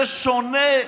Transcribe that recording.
זה שונה,